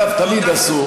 אגב, תמיד עשו.